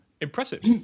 Impressive